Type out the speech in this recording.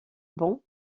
banc